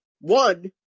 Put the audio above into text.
One